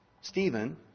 Stephen